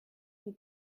vous